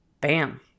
bam